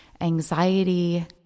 anxiety